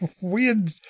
weird